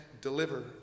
deliver